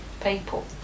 people